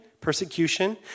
persecution